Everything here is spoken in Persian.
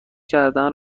کردن